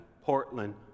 Portland